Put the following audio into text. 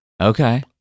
Okay